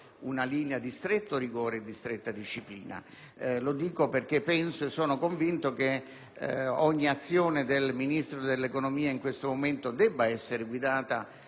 una linea di stretto rigore e stretta disciplina. Lo dico perché penso e sono convinto che ogni azione del Ministro dell'economia in questo momento debba essere guidata